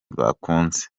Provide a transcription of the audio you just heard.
bakunze